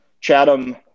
chatham